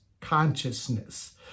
consciousness